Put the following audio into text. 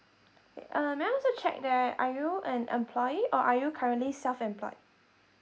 okay uh may I also check that are you an employee or are you currently self employed